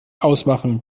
ausmachen